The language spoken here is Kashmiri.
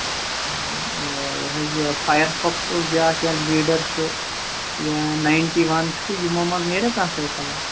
آ یہِ حظ یہِ فایر فوکٕس اوس بیٛاکھ یَتھ لیٖڈَر چھُ یا نایِنٹی وَن چھُ یِمو منٛز نیرے کانٛہہ سایکَلا